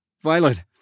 Violet